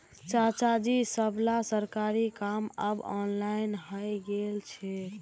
चाचाजी सबला सरकारी काम अब ऑनलाइन हइ गेल छेक